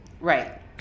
Right